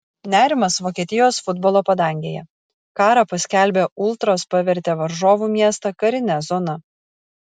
nerimas vokietijos futbolo padangėje karą paskelbę ultros pavertė varžovų miestą karine zona